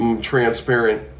transparent